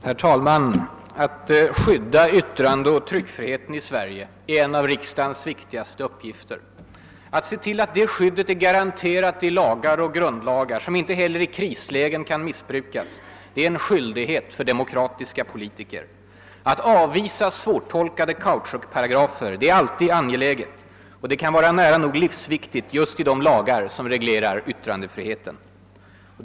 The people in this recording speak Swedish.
Herr talman! Att värna yttrandeoch tryckfriheten i Sverige är en av riksdagens viktigaste uppgifter. Att se till att det skyddet är garanterat i lagar och grundlagar, som inte heller i krislägen kan missbrukas, är en skyldighet för demokratiska politiker. Att avvisa svårtolkade kautschukparagrafer är alltid angeläget — det kan vara nära nog livsviktigt just i de lagar som reglerar yttrandefriheten.